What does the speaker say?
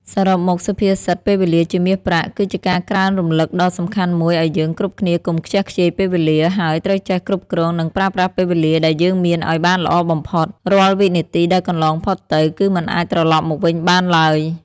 សរុបមកសុភាសិត ពេលវេលាជាមាសប្រាក់ គឺជាការក្រើនរំឭកដ៏សំខាន់មួយឲ្យយើងគ្រប់គ្នាកុំខ្ជះខ្ជាយពេលវេលា ហើយត្រូវចេះគ្រប់គ្រង និងប្រើប្រាស់ពេលវេលាដែលយើងមានឲ្យបានល្អបំផុត រាល់វិនាទីដែលកន្លងផុតទៅ គឺមិនអាចត្រឡប់មកវិញបានឡើយ ។